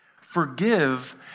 forgive